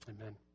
Amen